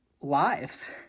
lives